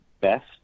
best